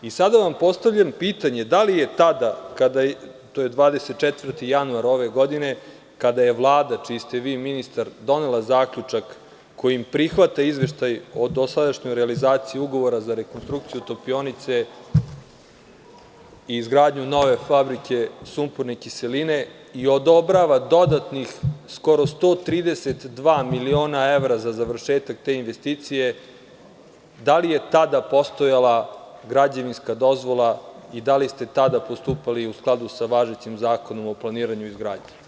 Sada vam postavljam pitanje – to je 24. januar ove godine, da li je tada, kada je Vlada čiji ste vi ministar donela zaključak kojim prihvata izveštaj o dosadašnjoj realizaciji ugovora za rekonstrukciju topionice i izgradnju nove fabrike sumporne kiseline i odobrava dodatnih skoro 132 miliona evra za završetak te investicije, postojala građevinska dozvola i da li ste tada postupali u skladu sa važećim Zakonom o planiranju i izgradnji?